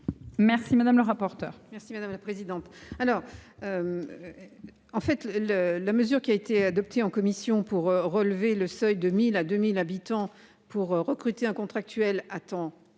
Merci madame la présidente.